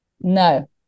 No